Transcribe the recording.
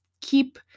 keep